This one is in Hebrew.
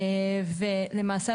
למעשה,